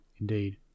Indeed